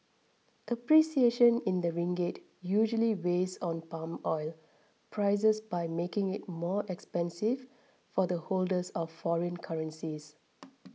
appreciation in the ringgit usually weighs on palm oil prices by making it more expensive for the holders of foreign currencies